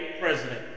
president